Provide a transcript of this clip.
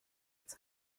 its